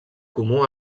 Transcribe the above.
comú